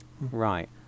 Right